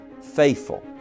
faithful